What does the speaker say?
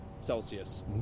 celsius